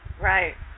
Right